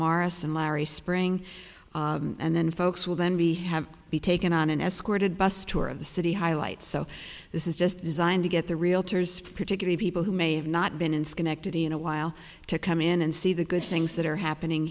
morris and larry spring and then folks will then be have be taken on an escorted bus tour of the city highlight so this is just designed to get the realtors particularly people who may have not been in schenectady in a while to come in and see the good things that are happening